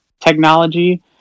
technology